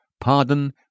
pardon